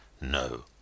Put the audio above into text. No